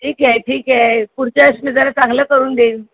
ठीक आहे ठीक आहे पुढच्या वेळेस मी जरा चांगलं करून देईन